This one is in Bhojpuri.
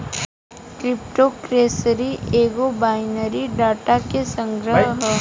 क्रिप्टो करेंसी एगो बाइनरी डाटा के संग्रह ह